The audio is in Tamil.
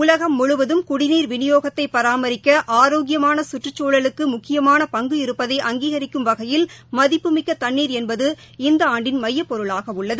உலகம் குடிநீர் விநியோகத்தைபராமரிக்க முழுவதும் ஆரோக்கியமானசுற்றுச்சூழலுக்குமுக்கியமானபங்கு இருப்பதை அங்கீகிக்கும் வகையில் மதிப்புமிக்கதண்ணீர் என்பது இந்தஆண்டின் மையப்பொருளாகஉள்ளது